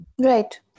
Right